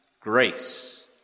grace